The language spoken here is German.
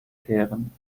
kehren